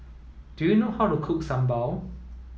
do you know how to cook Sambal